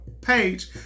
page